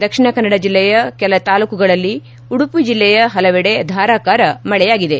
ದಕ್ಷಿಣ ಕನ್ನಡ ಜಿಲ್ಲೆಯ ಹಲವು ತಾಲ್ಲೂಕುಗಳಲ್ಲಿ ಉಡುಪಿ ಜಿಲ್ಲೆಯ ಹಲವೆಡೆ ಧಾರಾಕಾರ ಮಳೆಯಾಗಿದೆ